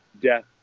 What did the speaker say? death